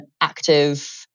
active